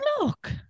look